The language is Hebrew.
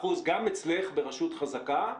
10 אחוזים, גם אצלך ברשות חזקה,